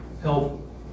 help